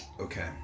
okay